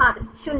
छात्र 0